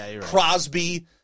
Crosby